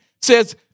says